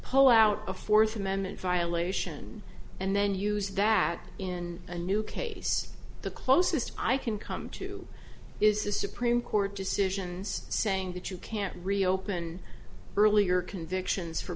pull out a fourth amendment violation and then use that in a new case the closest i can come to is the supreme court decisions saying that you can't reopen earlier convictions for